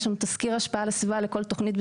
יש שם תזכיר השפעה לסביבה לכל תוכנית,